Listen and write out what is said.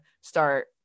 start